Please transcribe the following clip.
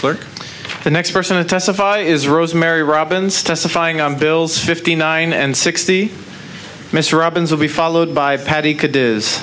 clerk the next person to testify is rosemary robins testifying on bills fifty nine and sixty mr robbins will be followed by patty